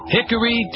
Hickory